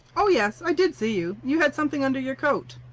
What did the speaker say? oh, yes. i did see you. you had something under your coat.